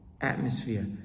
atmosphere